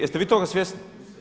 Jeste vi toga svjesni?